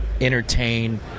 entertain